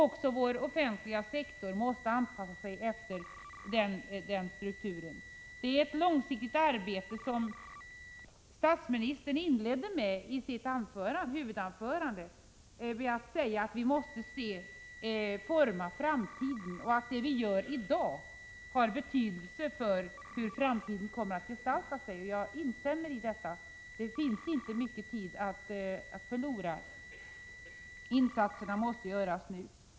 Också den offentliga sektorn måste anpassa sig efter den strukturen. Detta är ett långsiktigt arbete. Statsministern inledde sitt huvudanförande med att säga att vi måste forma framtiden och att det vi gör i dag har betydelse för hur framtiden kommer att gestalta sig. Jag instämmer i detta — det finns inte mycket tid att förlora, utan insatserna måste göras nu.